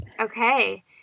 Okay